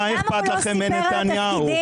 מה אכפת לכם מנתניהו?